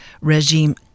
regime